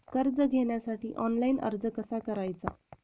कर्ज घेण्यासाठी ऑनलाइन अर्ज कसा करायचा?